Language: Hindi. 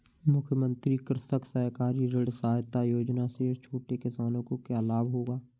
मुख्यमंत्री कृषक सहकारी ऋण सहायता योजना से छोटे किसानों को क्या लाभ होगा?